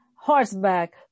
horseback